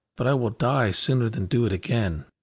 but i will die sooner than do it again.